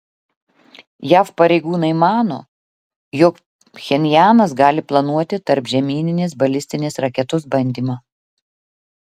jav pareigūnai mano jog pchenjanas gali planuoti tarpžemyninės balistinės raketos bandymą